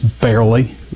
barely